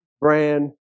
brand